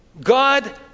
God